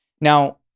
Now